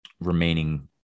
remaining